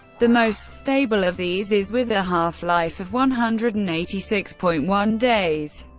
the most stable of these is with a half-life of one hundred and eighty six point one days.